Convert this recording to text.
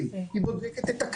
היא בודקת את חומרי ההדברה המותרים,